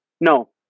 no